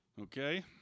Okay